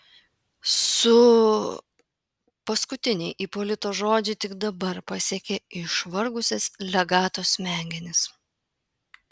su paskutiniai ipolito žodžiai tik dabar pasiekė išvargusias legato smegenis